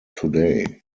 today